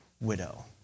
widow